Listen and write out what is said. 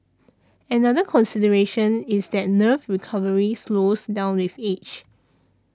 another consideration is that nerve recovery slows down with age